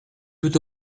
tout